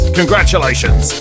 Congratulations